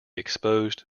exposed